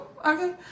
okay